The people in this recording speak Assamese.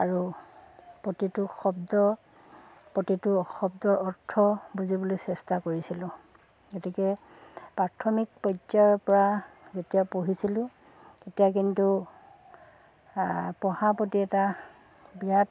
আৰু প্ৰতিটো শব্দ প্ৰতিটো শব্দৰ অৰ্থ বুজিবলৈ চেষ্টা কৰিছিলোঁ গতিকে প্ৰাথমিক পৰ্যায়ৰপৰা যেতিয়া পঢ়িছিলোঁ তেতিয়া কিন্তু পঢ়াৰ প্ৰতি এটা বিৰাট